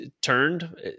turned